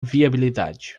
viabilidade